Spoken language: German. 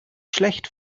schlecht